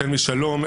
החל משלום,